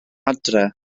adre